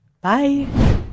Bye